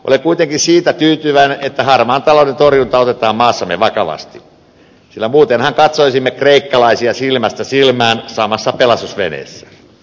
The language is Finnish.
olen kuitenkin tyytyväinen että harmaan talouden torjunta otetaan maassamme vakavasti sillä muutenhan katsoisimme kreikkalaisia silmästä silmään samassa pelastusveneessä